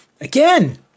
again